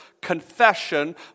confession